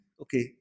Okay